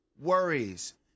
Worries